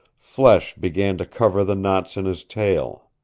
flesh began to cover the knots in his tail.